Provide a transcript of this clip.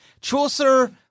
Chaucer